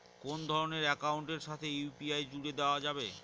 কোন ধরণের অ্যাকাউন্টের সাথে ইউ.পি.আই জুড়ে দেওয়া যাবে?